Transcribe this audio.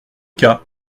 cas